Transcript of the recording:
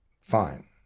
fine